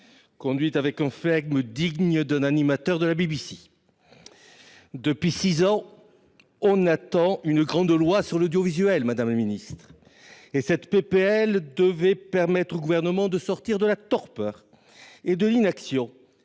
conduit avec un flegme digne d'un animateur de la BBC. Voilà six ans que nous attendions une grande loi sur l'audiovisuel, madame la ministre. Cette proposition de loi devait permettre au Gouvernement de sortir de la torpeur et de l'inaction,